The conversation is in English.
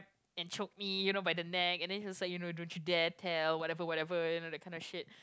and choke me you know by the neck and then she was like you know don't you dare tell whatever whatever you know that kind of shit